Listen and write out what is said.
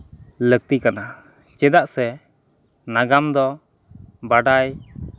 ᱞᱟᱹᱠᱛᱤ ᱠᱟᱱᱟ ᱪᱮᱫᱟᱜ ᱥᱮ ᱱᱟᱜᱟᱢ ᱫᱚ ᱵᱟᱰᱟᱭ